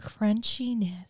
Crunchiness